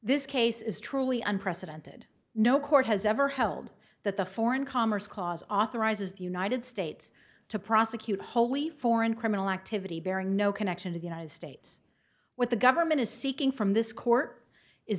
this case is truly unprecedented no court has ever held that the foreign commerce clause authorizes the united states to prosecute wholly foreign criminal activity bearing no connection to the united states what the government is seeking from this court is